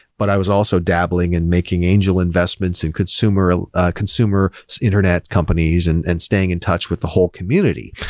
but i was also dabbling in and making angel investments in consumer ah ah consumer internet companies and and staying in touch with the whole community.